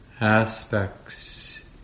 aspects